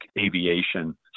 aviation